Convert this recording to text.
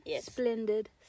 Splendid